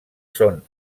són